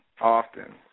often